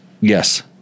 Yes